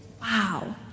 Wow